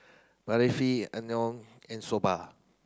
and Soba